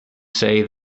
say